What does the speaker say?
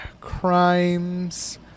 Crimes